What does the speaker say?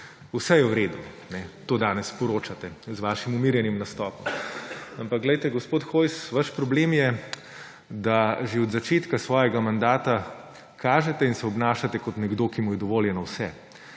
vse je v redu. To danes sporočate s svojim umirjenim nastopom. Ampak, glejte, gospod Hojs, vaš problem je, da že od začetka svojega mandata kažete in se obnašate kot nekdo, ki mu je dovoljeno vse.